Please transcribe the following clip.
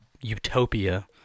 utopia